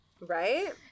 right